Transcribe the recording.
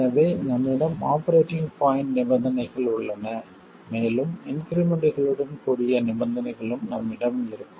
எனவே நம்மிடம் operating point நிபந்தனைகள் உள்ளன மேலும் இன்க்ரிமெண்ட்களுடன் கூடிய நிபந்தனைகளும் நம்மிடம் இருக்கும்